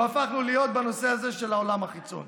והפכנו להיות בנושא הזה של העולם החיצון.